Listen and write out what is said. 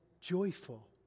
joyful